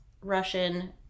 Russian